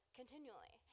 continually